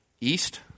east